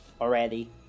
already